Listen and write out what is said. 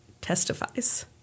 testifies